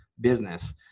business